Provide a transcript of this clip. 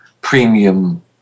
premium